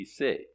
BC